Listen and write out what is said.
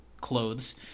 clothes